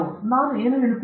ನಾನು ಏನು ಹೇಳುತ್ತಿದ್ದೇನೆ